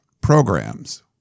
programs